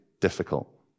difficult